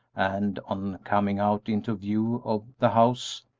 and, on coming out into view of the house,